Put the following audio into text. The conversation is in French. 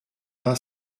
pas